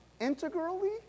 integrally